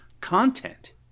content